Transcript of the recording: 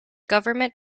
government